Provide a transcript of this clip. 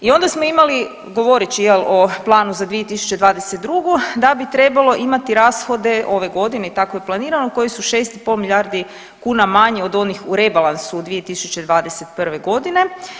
I onda smo imali govoreći jel o planu za 2022. da bi trebalo imati rashode ove godine i tako je planirano koji su 6,5 milijardi kuna manji od onih u rebalansu u 2021. godine.